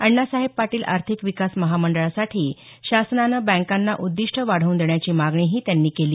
अण्णासाहेब पाटील आर्थिक विकास महामंडळासाठी शासनानं बँकांना उद्दिष्ट वाढवून देण्याची मागणीही त्यांनी केली